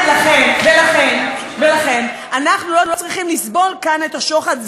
ולכן אנחנו לא צריכים לסבול כאן את השוחד.